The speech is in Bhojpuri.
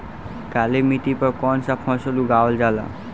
काली मिट्टी पर कौन सा फ़सल उगावल जाला?